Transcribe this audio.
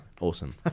Awesome